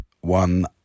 one